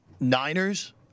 Niners